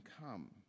come